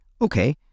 okay